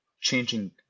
changing